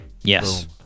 Yes